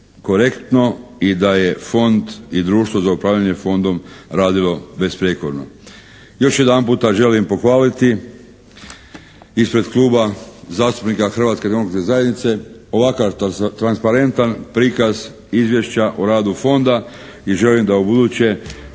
i da je fond i društvo za upravljanje fondom radilo besprijekorno. Još jedanputa želim pohvaliti ispred Kluba zastupnika Hrvatske demokratske zajednice ovakav transparentan prikaz Izvješća o radu fonda i želim da ubuduće